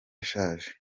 ashaje